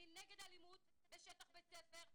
אני נגד אלימות בשטח בית ספר,